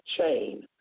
chain